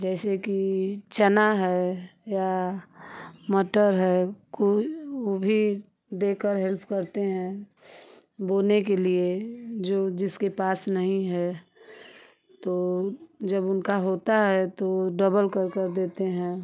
जैसे कि चना है या मटर है कोई वो भी देकर हेल्प करते हैं बोने के लिए जो जिसके पास नहीं है तो जब उनका होता है तो वो डबल कर कर देते हैं